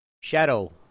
Shadow